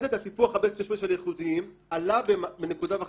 מדד הטיפוח הבית-ספרי של הייחודיים עלה בנקודה וחצי.